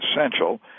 essential